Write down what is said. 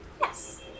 Yes